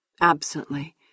absently